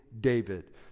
David